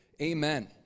Amen